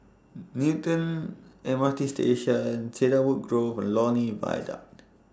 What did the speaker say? Newton M R T Station Cedarwood Grove Lornie Viaduct